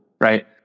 right